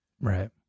Right